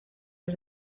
was